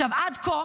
עד כה,